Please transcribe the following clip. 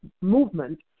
movement